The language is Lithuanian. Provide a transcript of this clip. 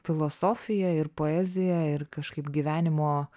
filosofija ir poezija ir kažkaip gyvenimo